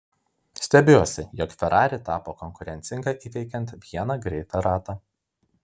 stebiuosi jog ferrari tapo konkurencinga įveikiant vieną greitą ratą